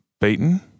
beaten